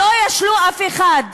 שלא ישלו אף אחד.